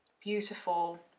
beautiful